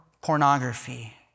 pornography